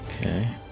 Okay